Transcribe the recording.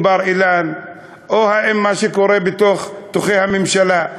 בר-אילן או האם מה שקורה בתוך-תוכי הממשלה?